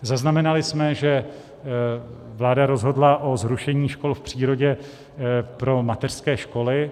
Zaznamenali jsme, že vláda rozhodla o zrušení škol v přírodě pro mateřské školy.